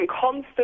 constant